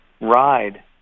ride